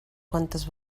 quantes